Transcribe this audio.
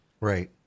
Right